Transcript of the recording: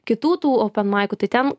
kitų tų openmaikų tai ten